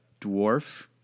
dwarf